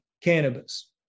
cannabis